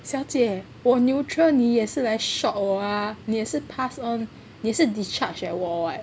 小姐我 neutral 你也是来 shock 我啊你也是 pass on 你是 discharge at war [what]